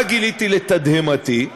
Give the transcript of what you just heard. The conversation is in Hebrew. מה גיליתי, לתדהמתי?